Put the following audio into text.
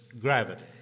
gravity